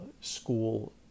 school